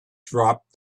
dropped